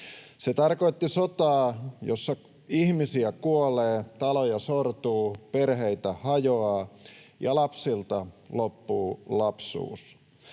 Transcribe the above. Se tarkoitti sotaa, jossa ihmisiä kuolee, taloja sortuu, perheitä hajoaa ja lapsilta loppuu lapsuus.